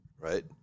right